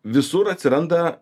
visur atsiranda